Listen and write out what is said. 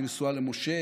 היא נשואה למשה,